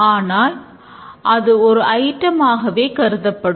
ஆனால் அது ஒரு ஐயிட்டமாகவே கருதப்படும்